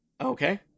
Okay